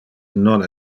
non